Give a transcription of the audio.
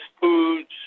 Foods